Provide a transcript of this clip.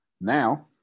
Now